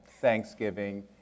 Thanksgiving